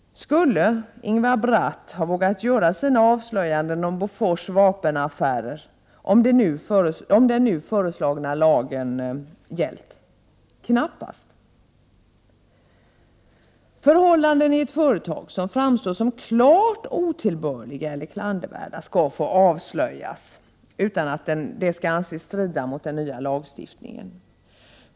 Skulle Ingvar Bratt ha vågat göra sina avslöjanden om Bofors vapenaffärer om den nu föreslagna lagen hade gällt? Knappast! Förhållanden i ett företag som framstår som klart otillbörliga eller klandervärda skall få avslöjas utan att det skall anses strida mot den nya lagstiftningen.